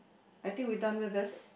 I think we done with this